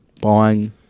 buying